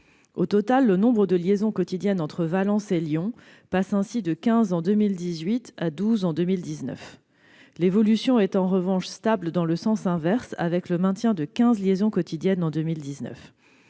Au total, le nombre de liaisons quotidiennes entre Valence et Lyon passe ainsi de 15 en 2018 à 12 en 2019. L'évolution est en revanche stable dans le sens inverse, avec le maintien de 15 liaisons quotidiennes en 2019.